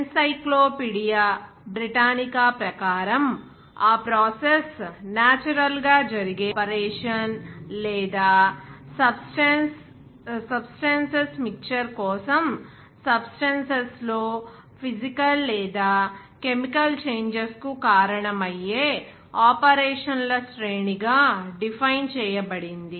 encyclopaedia Britannica ప్రకారం ఆ process natural గా జరిగే ఆపరేషన్ లేదా సబ్స్టేన్స్స్ మిక్చర్ కోసం సబ్స్టేన్స్స్ లో ఫిజికల్ లేదా కెమికల్ చేంజెస్ కు కారణమయ్యే ఆపరేషన్ల శ్రేణిగా డిఫైన్ చేయబడింది